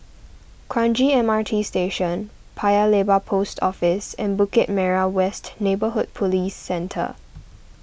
Kranji M R T Station Paya Lebar Post Office and Bukit Merah West Neighbourhood Police Centre